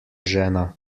žena